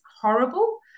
horrible